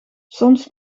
soms